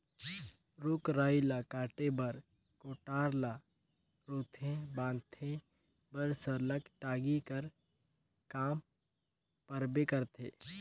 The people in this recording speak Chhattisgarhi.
रूख राई ल काटे बर, कोठार ल रूधे बांधे बर सरलग टागी कर काम परबे करथे